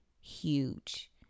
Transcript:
huge